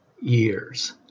years